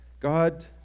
God